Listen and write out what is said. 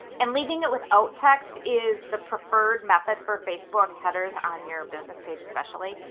and leaving it without text is the preferred method for facebook headers on your business page especially.